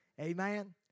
Amen